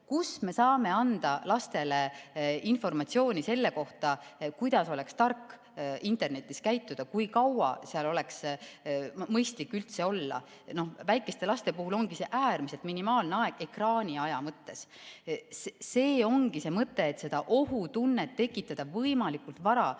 Kus me saame anda lastele informatsiooni selle kohta, kuidas oleks tark internetis käituda, kui kaua seal oleks mõistlik üldse olla? Väikeste laste puhul on see äärmiselt minimaalne aeg ekraaniaja mõttes. See ongi see mõte, et tekitada võimalikult vara